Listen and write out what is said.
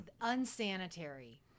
unsanitary